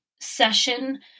session